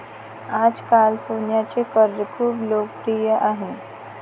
आजकाल सोन्याचे कर्ज खूप लोकप्रिय आहे